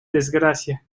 desgracia